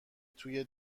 توی